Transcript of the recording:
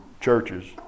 churches